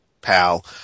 pal